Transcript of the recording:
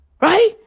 right